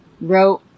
wrote